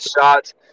shots